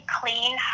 clean